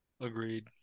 Agreed